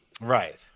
Right